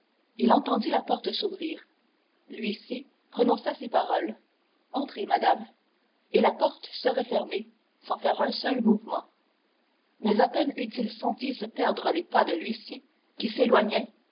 il entendit la porte s'ouvrir l'huissier prononcer ces paroles entrez madame et la porte se refermer sans faire un seul mouvement mais à peine eut-il senti se perdre les pas de l'huissier qui s'éloignait